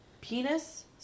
penis